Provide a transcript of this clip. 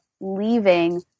leaving